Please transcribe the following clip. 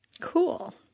Cool